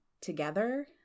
together